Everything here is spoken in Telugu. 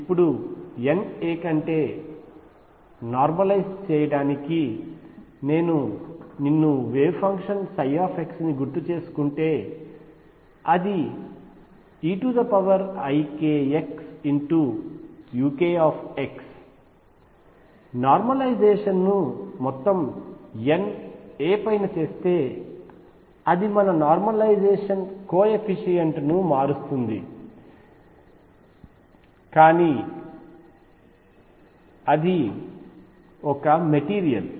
ఇప్పుడు N a కంటే నార్మలైజ్ చేయడానికి నేను నిన్ను వేవ్ ఫంక్షన్ ψ ని గుర్తు చేసుకుంటే అది eikxuk నార్మలైజేషన్ ను మొత్తం N a పైన చేస్తే అది మన నార్మలైజేషన్ కోయెఫిషియంట్ ను మారుస్తుంది కానీ అది ఒక మెటీరీయల్